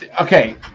Okay